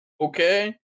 okay